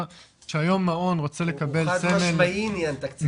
כשהיום מעון רוצה לקבל סמל --- הוא חד משמעי עניין תקציבי,